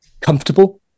comfortable